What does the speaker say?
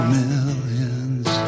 millions